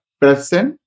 present